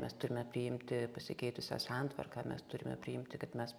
mes turime priimti pasikeitusią santvarką mes turime priimti kad mes